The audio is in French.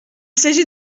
s’agit